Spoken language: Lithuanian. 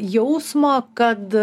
jausmo kad